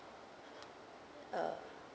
ah